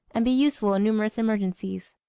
and be useful in numerous emergencies.